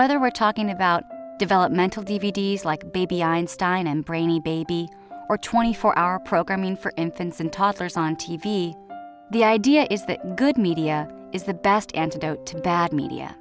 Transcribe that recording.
whether we're talking about developmental d v d s like baby einstein and brainy baby or twenty four hour programming for infants and toddlers on t v the idea is that good media is the best antidote to bad media